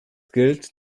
gilt